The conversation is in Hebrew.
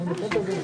צוהריים טובים.